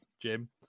Jim